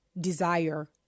desire